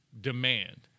demand